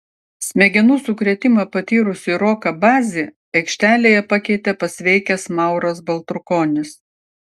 smegenų sukrėtimą patyrusį roką bazį aikštelėje pakeitė pasveikęs mauras baltrukonis